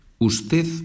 Usted